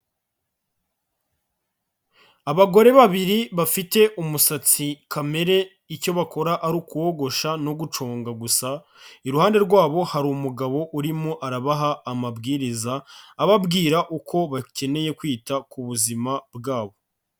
Abagore babiri bafite umusatsi kamere icyo bakora ari ukuwogosha no guconga gusa, iruhande rwabo hari umugabo urimo arabaha amabwiriza, ababwira uko bakeneye kwita ku buzima bwabo.